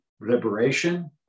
liberation